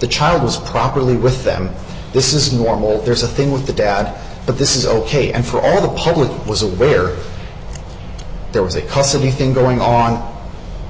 the child was properly with them this is normal there's a thing with the dad but this is ok and for the public was aware there was a custody thing going on